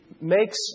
makes